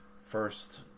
first